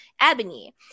Ebony